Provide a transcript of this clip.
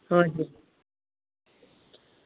हजुर